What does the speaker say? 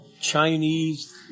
Chinese